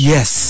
Yes